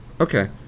Okay